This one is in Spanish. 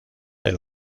del